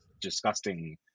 disgusting